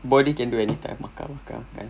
body can do anytime makan makan makan